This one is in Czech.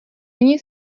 nyní